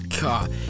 God